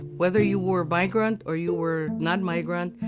whether you were migrant or you were not migrant,